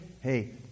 hey